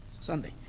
Sunday